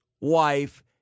wife